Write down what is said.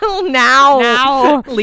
Now